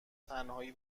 تنهایی